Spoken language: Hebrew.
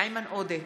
איימן עודה,